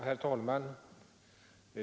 Herr talman!